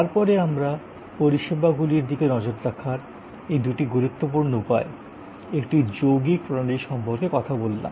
তারপরে আমরা পরিষেবাগুলির দিকে নজর রাখার এই দুটি গুরুত্বপূর্ণ উপায় একটি যৌগিক প্রণালীর সম্পর্কে কথা বললাম